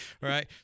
Right